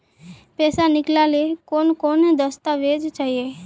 पैसा निकले ला कौन कौन दस्तावेज चाहिए?